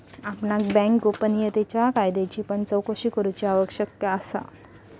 आपणाक बँक गोपनीयतेच्या कायद्याची पण चोकशी करूची आवश्यकता असा